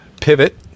pivot